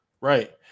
Right